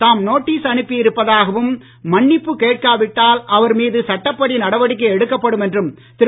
தாம் நோட்டீஸ் அனுப்பி இருப்பதாகவும் மன்னிப்பு கேட்காவிட்டால் அவர் மீது சட்ட நடவடிக்கை எடுக்கப்படும் என்றும் திரு